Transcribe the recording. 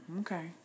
Okay